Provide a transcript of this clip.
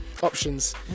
options